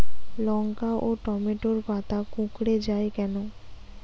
লঙ্কা ও টমেটোর পাতা কুঁকড়ে য়ায় কেন?